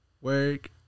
work